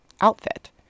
outfit